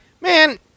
man